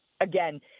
again